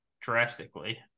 drastically